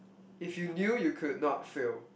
if you knew you could not fail